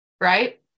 Right